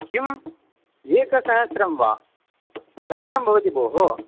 किम् एकसहस्रं वा तदिकं भवति भोः